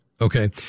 Okay